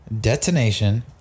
Detonation